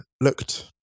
looked